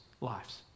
lives